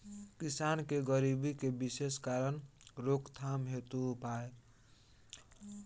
किसान के गरीबी के विशेष कारण रोकथाम हेतु उपाय?